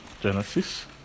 Genesis